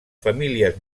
famílies